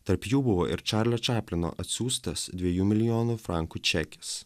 tarp jų buvo ir čarlio čaplino atsiųstas dviejų milijonų frankų čekis